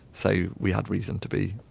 so we had reason to be,